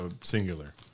singular